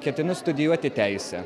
ketinu studijuoti teisę